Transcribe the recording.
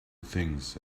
things